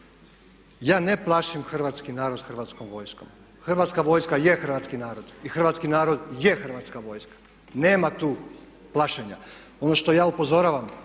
Ja ne plašim hrvatski narod Hrvatskom vojskom. Hrvatska vojska je hrvatski narod i Hrvatski narod je Hrvatska vojska, nema tu plašenja. Ono što ja upozoravam